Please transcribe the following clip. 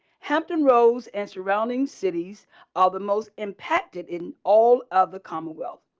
hampton rose and surrounding cities are the most impacted in all of the commonwealth.